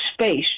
space